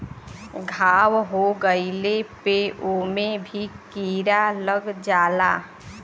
घाव हो गइले पे ओमे भी कीरा लग जाला